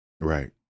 Right